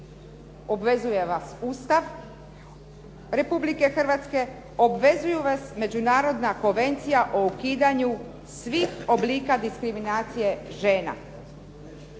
obvezuje vas Ustav Republike Hrvatske, obvezuju vas Međunarodna konvencija o ukidanju svih oblika diskriminacije žena.